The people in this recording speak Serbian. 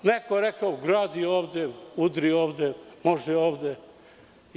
Neko je rekao – gradi ovde, udri ovde, može i ovde, itd.